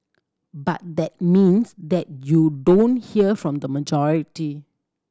but that means that you don't hear from the majority